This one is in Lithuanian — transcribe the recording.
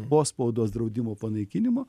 po spaudos draudimo panaikinimo